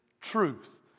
truth